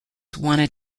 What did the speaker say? wanted